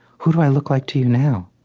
who do i look like to you now?